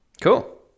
Cool